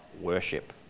worship